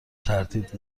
تردید